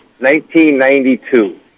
1992